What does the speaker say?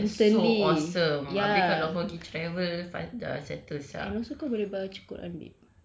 ya that's so awesome nanti kalau kau pergi travel settle sia